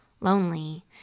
lonely